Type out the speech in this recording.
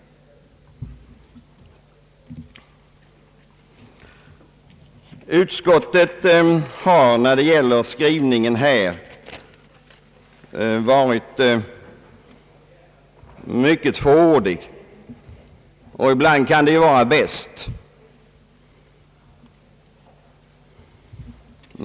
Utskottet har i sin skrivning varit mycket fåordigt — ibland kan det ju vara bäst.